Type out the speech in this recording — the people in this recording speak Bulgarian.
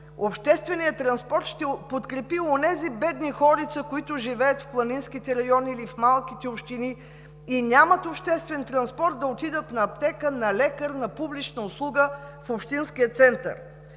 общественият транспорт ще подкрепи онези бедни хорица, които живеят в планинските райони или в малките общини и нямат обществен транспорт да отидат на аптека, на лекар, на публична услуга в общинския център.